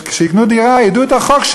ידעו את החוק,